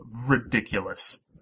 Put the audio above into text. ridiculous